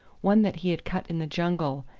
one that he had cut in the jungle,